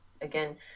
again